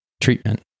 Treatment